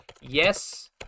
Yes